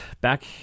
Back